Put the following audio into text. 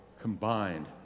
combined